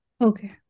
okay